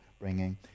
bringing